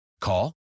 Call